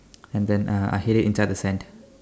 and then uh I hid it inside the sand